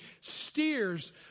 steers